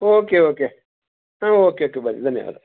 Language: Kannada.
ಓಕೆ ಓಕೆ ಹಾಂ ಓಕೆ ಟು ಬಾಯ್ ಧನ್ಯವಾದ